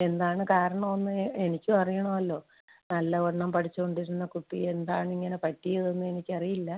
എന്താണ് കാരണമെന്ന് എ എനിക്കും അറിയണോല്ലൊ നല്ലവണ്ണം പഠിച്ചോണ്ടിരുന്ന കുട്ടി എന്താണ് ഇങ്ങനെ പറ്റിയതെന്ന് എനിക്ക് അറിയില്ല